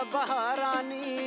Baharani